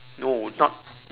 no not